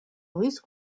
russe